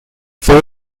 fue